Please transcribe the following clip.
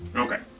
okay.